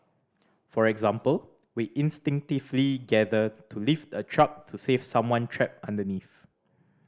for example we instinctively gather to lift a truck to save someone trapped underneath